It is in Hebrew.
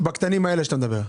בקטנים האלה עליהם אתה מדבר.